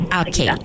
okay